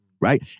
right